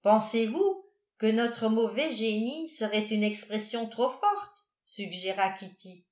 pensez-vous que notre mauvais génie serait une expression trop forte suggéra kitty